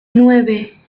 nueve